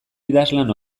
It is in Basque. idazlan